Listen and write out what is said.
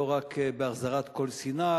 לא רק בהחזרת כל סיני,